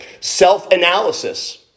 self-analysis